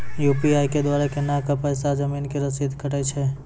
UPI के द्वारा केना कऽ पैसा जमीन के रसीद कटैय छै?